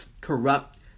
corrupt